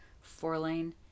four-lane